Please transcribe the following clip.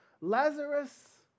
Lazarus